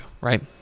right